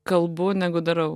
kalbu negu darau